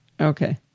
okay